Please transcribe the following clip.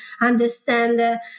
understand